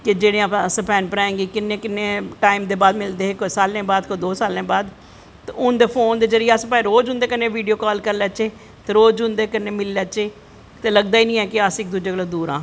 ते जेह्ड़ियां असैं भैन भ्राएं गी किन्नें किन्नें टाईम दे बाद मिलदे दे कोई साल्लें बाद कोई दों सालें बाद ते हून ते फोन दे जरिये भाएं अस रोज़ वीडियो काल करी लैच्चै ते रोज़ उंदै कन्नैं मिली लैच्चै ते लग्गदा गै नी ऐ कि अस इक दुजे कोला दा दूर आं